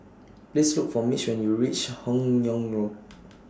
Please Look For Mitch when YOU REACH Hun Yeang Road